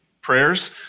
prayers